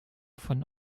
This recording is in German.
von